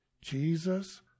Jesus